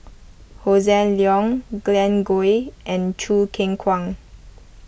Hossan Leong Glen Goei and Choo Keng Kwang